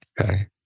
Okay